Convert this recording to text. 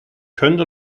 könnte